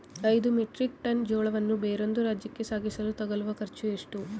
ಐದು metric tonne ಜೋಳವನ್ನು ಬೇರೊಂದು ರಾಜ್ಯಕ್ಕೆ ಸಾಗಿಸಲು ತಗಲುವ ಖರ್ಚು ಎಷ್ಟು?